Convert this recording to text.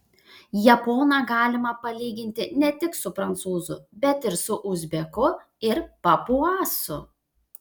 japoną galima palyginti ne tik su prancūzu bet ir su uzbeku ir papuasu